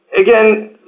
again